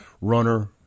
runner